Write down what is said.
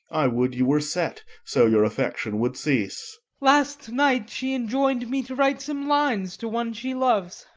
i would you were set, so your affection would cease. last night she enjoin'd me to write some lines to one she loves.